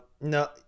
No